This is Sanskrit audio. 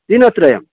दिनत्रयं